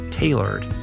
Tailored